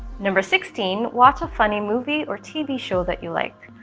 number sixteen watch a funny movie or tv show that you like.